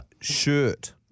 SHIRT